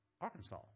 Arkansas